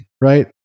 right